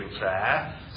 prayer